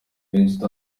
menshi